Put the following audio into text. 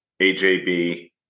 AJB